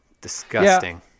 disgusting